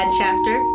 chapter